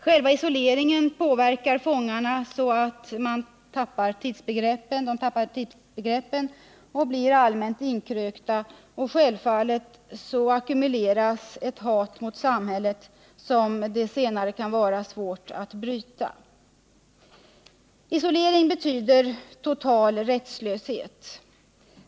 Själva isoleringen påverkar fångarna, så att de tappar tidsbegreppen och blir allmänt inkrökta. Självfallet ackumuleras ett hat mot samhället, som det senare kan vara svårt att bryta. Isolering betyder total rättslöshet.